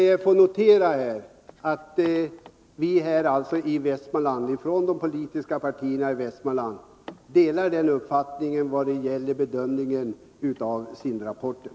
Herr talman! Låt mig få notera att vi från de politiska partierna i Västmanland delar uppfattningen vad gäller bedömningen av SIND rapporten.